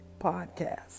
podcast